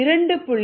2